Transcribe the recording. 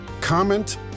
comment